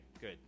Good